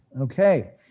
okay